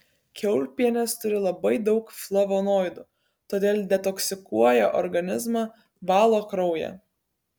kiaulpienės turi labai daug flavonoidų todėl detoksikuoja organizmą valo kraują